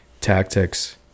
tactics